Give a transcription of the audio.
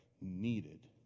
needed